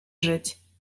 żyć